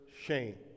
shame